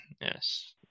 yes